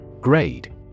Grade